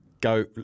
go